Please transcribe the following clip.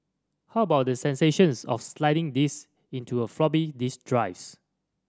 how about the sensations of sliding these into a floppy disk drives